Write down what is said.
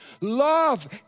love